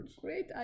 Great